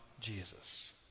Jesus